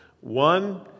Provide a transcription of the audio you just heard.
One